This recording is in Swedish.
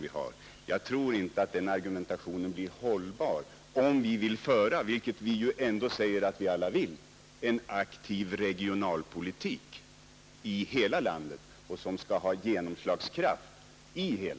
Jag tror emellertid inte att den argumentationen är hållbar, om vi vill föra en aktiv regionalpolitik med genomslagskraft i hela landet — som vi ju alla förklarar att vi vill.